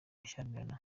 gushyamirana